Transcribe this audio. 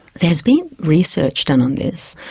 there's been research done on this.